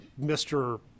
Mr